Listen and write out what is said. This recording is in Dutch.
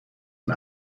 een